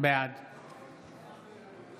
בעד